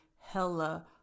hella